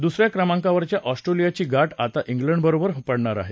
दुस या क्रमांकावरच्या ऑस्ट्रेलियाची गाठ आता उलंबरोबर पडणार आहे